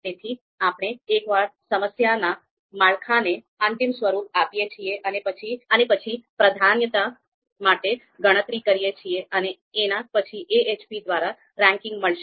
તેથી આપણે એકવાર સમસ્યાના માળખાને અંતિમ સ્વરૂપ આપીએ છીએ અને પછી પ્રાધાન્યતા માટે ગણતરી કરીએ છીએ અને એના પછી AHP દ્વારા રેન્કિંગ મળશે